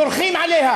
דורכים עליה